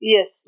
Yes